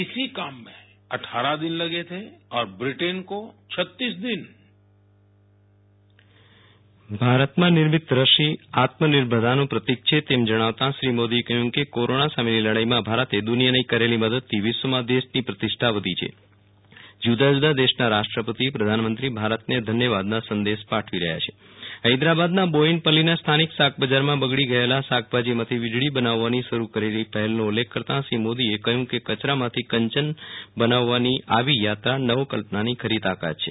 એમ ભારતમાં નિર્મિત રસી આત્મનિર્ભરતાનું પ્રતિક છે તેમ જણાવતા શ્રી મોદીએકહ્યું કે કોરોના સામેની લડાઇમાં ભારતે દુનિયાને કરેલી મદદથી વિશ્વમાં દેશની પ્રતિષ્ઠાવધી છે જુદા જુદા દેશના રાષ્ટ્રપતિ પ્રધાનમંત્રી ભારતને ધન્યવાદના સંદેશ પાઠવી રહ્યા છે હૈદરાબાદના બોયિનપલ્લીના સ્થાનિક શાકબજારમાં બગડી ગયેલા શાકભાજીમાંથી વિજળી બનાવવાની શરૂ કરેલી પહેલનો ઉલ્લેખ કરતાં શ્રી મોદીએ કહ્યું કે કયરામાંથી કંચન બનાવવાની આવી યાત્રા નવકલ્પનાની ખરી તાકાત છે